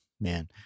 man